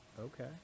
Okay